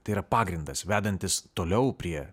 tai yra pagrindas vedantis toliau prie